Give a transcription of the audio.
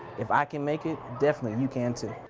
if i can make it, definitely you can, too.